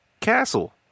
castle